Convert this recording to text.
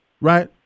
right